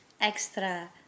extra